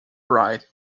right